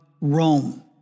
Rome